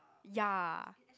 ya